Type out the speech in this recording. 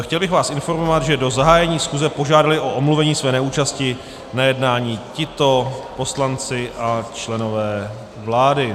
Chtěl bych vás informovat, že do zahájení schůze požádali o omluvení své neúčasti na jednání tito poslanci a členové vlády: